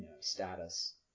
status